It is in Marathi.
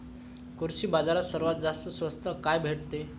कृषी बाजारात सर्वात स्वस्त काय भेटते?